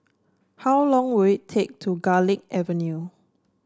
how long will it take to Garlick Avenue